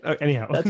Anyhow